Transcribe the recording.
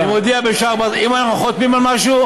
אני מודיע בשער בת רבים: אם אנחנו חותמים על משהו,